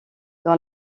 dans